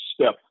step